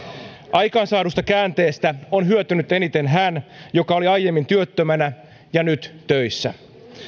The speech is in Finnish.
aikaansaadusta käänteestä on hyötynyt eniten hän joka oli aiemmin työttömänä ja nyt töissä